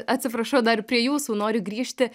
atsiprašau dar prie jūsų noriu grįžti